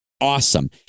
awesome